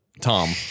Tom